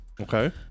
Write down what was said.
okay